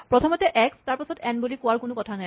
প্ৰথমতে এক্স তাৰপাচত এন বুলি কোনো কথা নাই